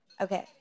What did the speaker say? Okay